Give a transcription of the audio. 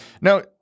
Now